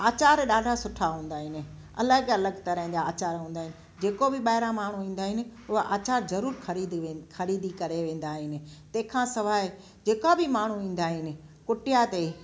आचार ॾाढा सुठा हूंदा आहिनि अलॻि अलॻि तरह जा आचार हूंदा आहिनि जे को बि ॿाहिरां माण्हू ईंदा आहिनि उहा आचार ज़रूरु ख़रीदे ख़रीदी करे वेंदा आहिनि तंहिं खां सवाइ जे का बि माण्हू ईंदा आहिनि कुटिया ते